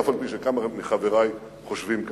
אף-על-פי שכמה מחברי חושבים כך,